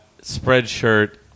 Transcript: spreadshirt